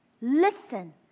listen